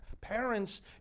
parents